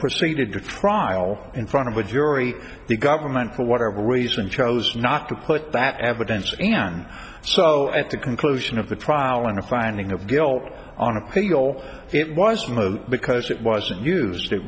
proceeded to trial in front of a jury the government for whatever reason chose not to put that evidence and so at the conclusion of the trial and a finding of guilt on appeal it wasn't because it wasn't used it